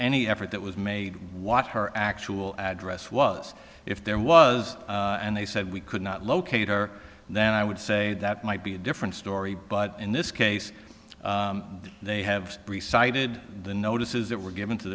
any effort that was made watch her actual address was if there was and they said we could not locate her then i would say that might be a different story but in this case they have three sided notices that were given to